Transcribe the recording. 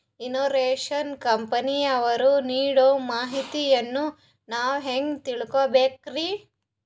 Insurance ಕಂಪನಿಯವರು ನೀಡೋ ಮಾಹಿತಿಯನ್ನು ನಾವು ಹೆಂಗಾ ತಿಳಿಬೇಕ್ರಿ?